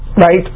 right